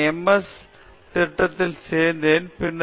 S திட்டத்தில் சேர்ந்தேன் பின்னர் நான் பி